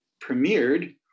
premiered